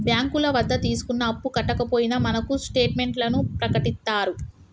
బ్యాంకుల వద్ద తీసుకున్న అప్పు కట్టకపోయినా మనకు స్టేట్ మెంట్లను ప్రకటిత్తారు